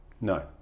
No